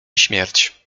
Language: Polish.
śmierć